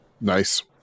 Nice